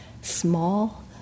small